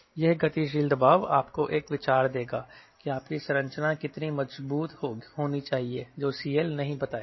यह गतिशील दबाव आपको एक विचार देगा कि आपकी संरचना कितनी मजबूत होनी चाहिए जो CL नहीं बताएगा